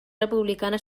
republicana